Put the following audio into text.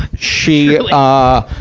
she, ah,